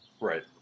Right